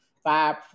Five